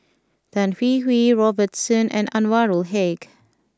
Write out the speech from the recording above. Tan Hwee Hwee Robert Soon and Anwarul Haque